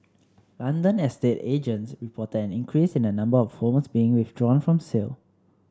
London estate agents reported an increase in the number of homes being withdrawn from sale